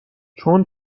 چون